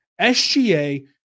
SGA